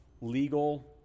legal